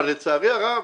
אבל, לצערי הרב,